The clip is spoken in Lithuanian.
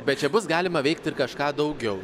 bet čia bus galima veikti ir kažką daugiau